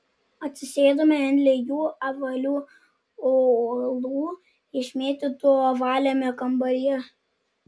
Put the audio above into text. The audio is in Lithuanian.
atsisėdome ant lygių apvalių uolų išmėtytų ovaliame kambaryje